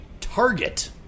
Target